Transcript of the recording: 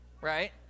right